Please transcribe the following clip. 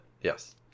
Yes